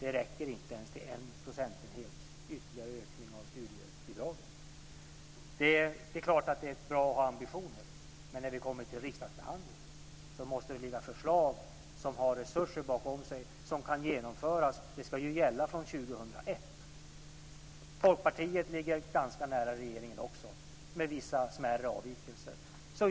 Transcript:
Det räcker inte ens till en procentenhets ytterligare ökning av studiebidraget. Det är klart att det är bra att ha ambitioner, men när vi kommer till riksdagsbehandlingen måste förslagen ha resurser bakom sig och kunna genomföras. Detta ska ju gälla från år 2001. Folkpartiet ligger också ganska nära regeringen, med vissa smärre avvikelser.